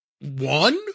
one